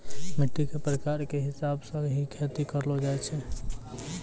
मिट्टी के प्रकार के हिसाब स हीं खेती करलो जाय छै